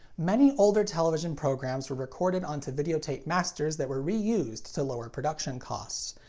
many older television programs were recorded onto videotape masters that were re-used to lower production costs.